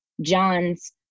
John's